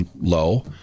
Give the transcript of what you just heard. low